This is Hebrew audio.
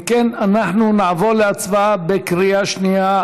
אם כן, אנחנו נעבור להצבעה בקריאה שנייה.